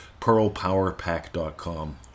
PearlPowerPack.com